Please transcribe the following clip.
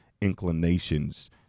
inclinations